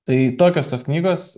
tai tokios tos knygos